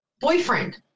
boyfriend